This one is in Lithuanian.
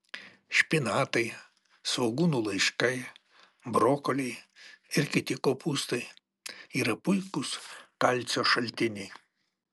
špinatai svogūnų laiškai brokoliai ir kiti kopūstai yra puikūs kalcio šaltiniai